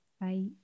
Bye